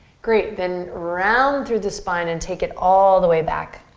great, then round through the spine and take it all the way back.